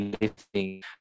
lifting